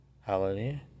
Hallelujah